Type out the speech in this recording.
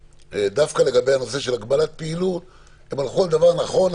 דווקא לגבי הנושא של הגבלת פעילות הם הלכו על דבר נכון.